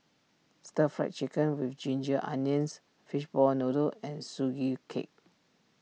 Stir Fried Chicken with Ginger Onions Fishball Noodle and Sugee Cake